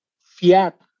fiat